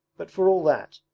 but for all that,